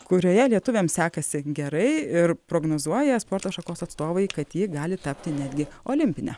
kurioje lietuviams sekasi gerai ir prognozuoja sporto šakos atstovai kad ji gali tapti netgi olimpine